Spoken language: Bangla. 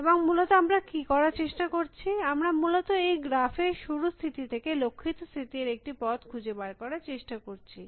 এবং মূলত আমরা কী করার চেষ্টা করছি আমরা মূলত এই গ্রাফ এ শুরু স্থিতি থেকে লক্ষিত স্থিতির একটি পথ খুঁজে বার করার চেষ্টা করছি